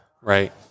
right